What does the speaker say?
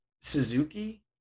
Suzuki